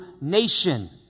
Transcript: nation